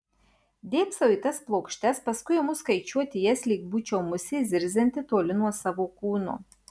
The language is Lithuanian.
dėbsau į tas plokštes paskui imu skaičiuoti jas lyg būčiau musė zirzianti toli nuo savo kūno